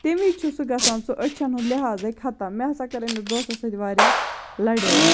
تیٚمِزِ چھُ سُہ گَژھان سُہ أچھَن ہُنٛد لِحاظے خَتم مےٚ ہَسا کٔر أمِس دوسَس سۭتۍ وارِیاہ لَڑٲے